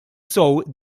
sew